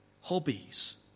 Hobbies